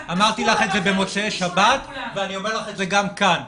אמרתי לך את זה במוצאי שבת ואני אומר לך את זה גם כאן.